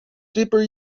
deeper